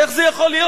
איך זה יכול להיות?